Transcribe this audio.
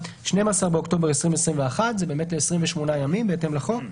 (12 באוקטובר 2021)". זה באמת 28 ימים בהתאם לחוק.